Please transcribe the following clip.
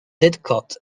didcot